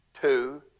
two